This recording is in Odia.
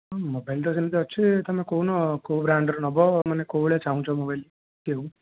ମୋବାଇଲ ତ ସେମିତି ଅଛି ତୁମେ କହୁନ କେଉଁ ବ୍ରାଣ୍ଡ ର ନେବ କେଉଁ ଭଳିଆ ଚାହୁଁଛ ମୋବାଇଲ